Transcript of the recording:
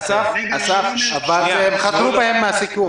אסף, אבל הם חזרו בהם מהסיכום.